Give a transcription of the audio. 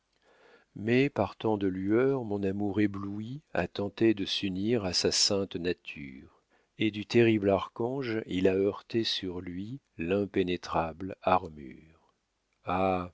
mais par tant de lueur mon amour ébloui a tenté de s'unir à sa sainte nature et du terrible archange il a heurté sur lui l'impénétrable armure ah